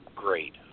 great